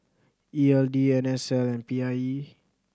E L D N S L and P I E